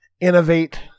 innovate